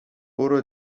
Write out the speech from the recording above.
برو